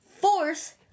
force